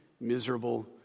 miserable